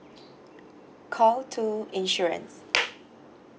call two insurance